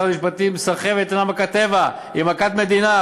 שרת המשפטים: הסחבת אינה מכת טבע, היא מכת מדינה.